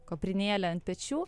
kuprinėle ant pečių